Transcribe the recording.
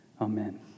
Amen